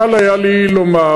קל היה לי לומר: